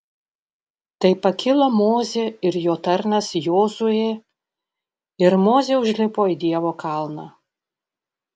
tai pakilo mozė ir jo tarnas jozuė ir mozė užlipo į dievo kalną